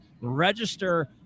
Register